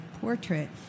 portrait